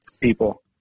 people